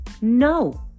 no